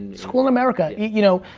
school in america. you know,